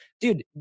dude